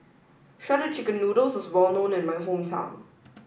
shredded chicken noodles is well known in my hometown